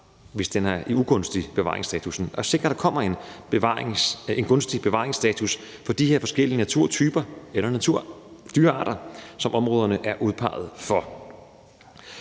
hvis den er i ugunstig bevaringsstatus – at der kommer en gunstig bevaringsstatus for de her forskellige naturtyper eller dyrearter, som områderne er udpeget for.